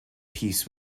peace